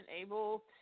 able